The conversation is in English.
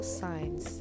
signs